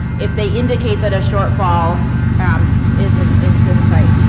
if they indicate that a shortfall um is and is insight.